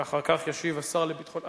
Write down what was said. ואחר כך ישיב השר לביטחון פנים.